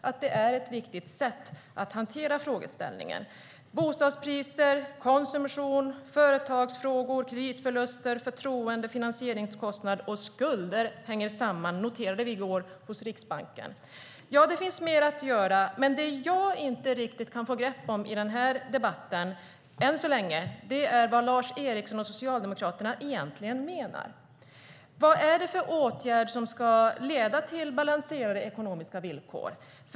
Hos Riksbanken noterade vi i går att bostadspriser, konsumtion, företagsfrågor, kreditförluster, förtroende, finansieringskostnad och skulder hänger samman. Ja, det finns mer att göra. Men det jag inte riktigt kan få grepp om i debatten, än så länge, är vad Lars Eriksson och Socialdemokraterna egentligen menar. Vilken åtgärd ska leda till balanserade ekonomiska villkor?